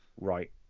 Right